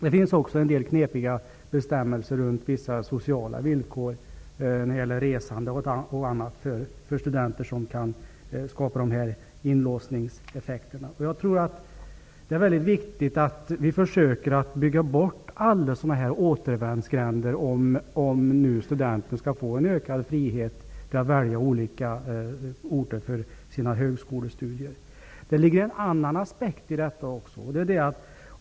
Det finns också en del knepiga bestämmelser runt vissa sociala villkor för studenter, när det gäller resande och annat, som kan skapa de här inlåsningseffekterna. Jag tror att det är mycket viktigt att vi försöker bygga bort alla sådana återvändsgränder, om nu studenterna skall få en ökad frihet att välja olika orter för sina högskolestudier. Det ligger en annan aspekt i detta också.